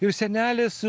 ir senelis